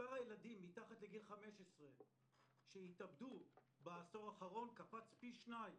מספר הילדים מתחת לגיל 15 שהתאבדו בעשור האחרון קפץ פי שניים.